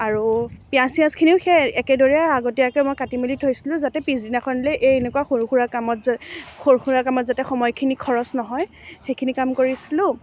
আৰু পিয়াঁজ ছিয়াঁজখিনিও সেই একেদৰেই আগতীয়াকৈ মই কাটি মেলি থৈছিলোঁ যাতে পিছদিনাখনলৈ এই এনেকুৱা সৰু সুৰা কামত যাতে সৰু সুৰা কামত যাতে সময়খিনি খৰচ নহয় সেইখিনি কাম কৰিছিলোঁ